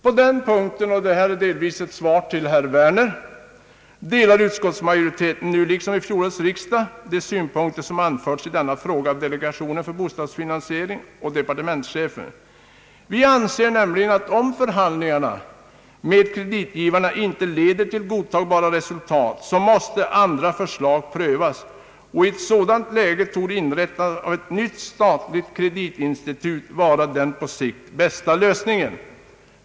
På den punkten — detta är delvis ett svar till herr Werner — delar utskottsmajoriteten nu liksom vid fjolårets riksdag de synpunkter som anförts i denna fråga av delegationen för bostadsfinansiering och av departementschefen. Vi anser nämligen att om förhandlingarna med kreditgivarna inte leder till godtagbara resultat, måste andra förslag prövas. I ett sådant läge torde inrättandet av ett nytt statligt kreditinstitut vara den på sikt bästa lösningen.